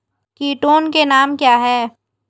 कीटों के नाम क्या हैं?